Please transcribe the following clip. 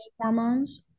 hormones